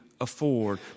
afford